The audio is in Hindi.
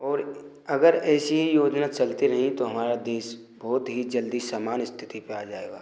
और अगर ऐसे ही योजना चलती रही तो हमारा देश बहुत ही जल्दी सामान स्थिति पे आ जाएगा